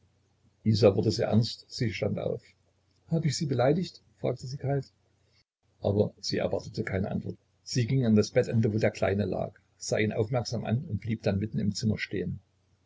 isa wurde sehr ernst sie stand auf hab ich sie beleidigt fragte sie kalt aber sie erwartete keine antwort sie ging an das bettende wo der kleine lag sah ihn aufmerksam an und blieb dann mitten im zimmer stehen